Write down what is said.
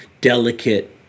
delicate